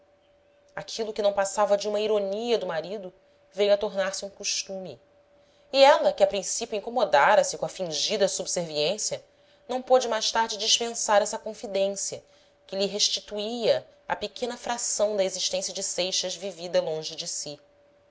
aquilo que não passava de uma ironia do marido veio a tornar-se um costume e ela que a princípio incomodara se com a fingida subserviência não pôde mais tarde dispensar essa confidência que lhe restituía a pequena fração da existência de seixas vivida longe de si